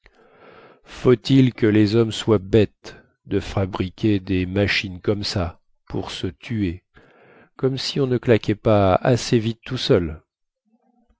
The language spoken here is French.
faut-il que les hommes soient bêtes de fabriquer des machines comme ça pour se tuer comme si on ne claquait pas assez vite tout seul